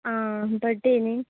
आं बड्डे